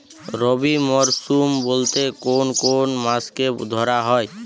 রবি মরশুম বলতে কোন কোন মাসকে ধরা হয়?